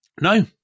No